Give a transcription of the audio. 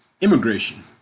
Immigration